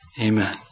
Amen